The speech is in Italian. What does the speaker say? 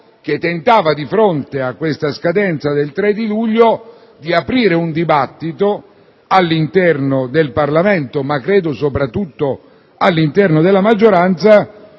che tentava, di fronte alla scadenza del 3 luglio, di aprire un dibattito all'interno del Parlamento, ma credo soprattutto all'interno della maggioranza,